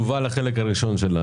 נבקש תגובה לחלק הראשון.